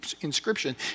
inscription